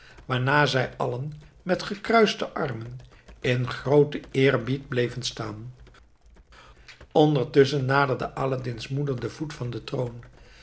waarna zij allen met gekruiste armen in grooten eerbied bleven staan ondertusschen naderde aladdin's moeder den voet van den troon